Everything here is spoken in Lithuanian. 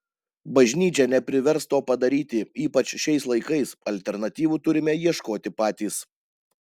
bažnyčia neprivers to padaryti ypač šiais laikais alternatyvų turime ieškoti patys